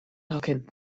nhocyn